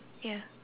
ya